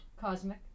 cosmic